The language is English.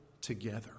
together